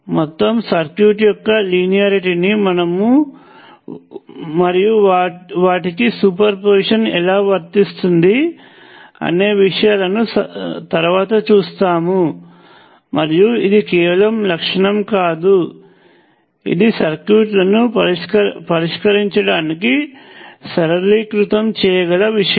మొత్తం సర్క్యూట్ యొక్క లీనియారిటీ ని మరియు వాటికి సూపర్పొసిషన్ ఎలా వర్తిస్తుంది అనే విషయాలను తరువాత చూస్తాము మరియు ఇది కేవలం లక్షణం కాదు ఇది సర్క్యూట్ల పరిష్కారాలను సరళీకృతం చేయగల విషయం